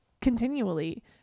continually